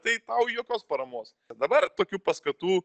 tai tau jokios paramos dabar tokių paskatų